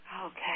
Okay